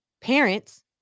parents